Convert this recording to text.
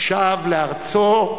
שב לארצו,